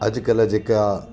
अॼुकल्ह जेका